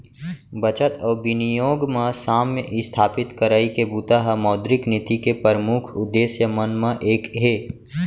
बचत अउ बिनियोग म साम्य इस्थापित करई के बूता ह मौद्रिक नीति के परमुख उद्देश्य मन म एक हे